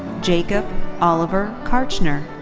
jacob oliver kartchner.